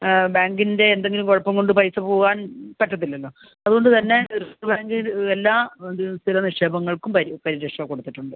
ബാങ്കിൻ്റെ എന്തെങ്കിലും കുഴപ്പം കൊണ്ട് പൈസ പോവാൻ പറ്റത്തില്ലല്ലോ അതുകൊണ്ട് തന്നെ റിസർവ് ബാങ്കിൽ എല്ലാ സ്ഥിര നിക്ഷേപങ്ങൾക്കും പരിരക്ഷ കൊടുത്തിട്ടുണ്ട്